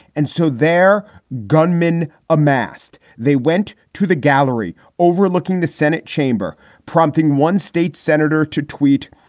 and so their gunmen amassed. they went to the gallery overlooking the senate chamber, prompting one state senator to tweet,